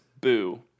Boo